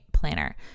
Planner